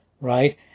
right